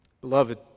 beloved